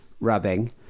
rubbing